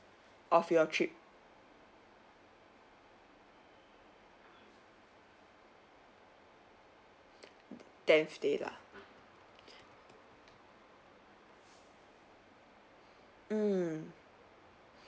of your trip tenth day lah mm